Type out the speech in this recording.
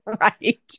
Right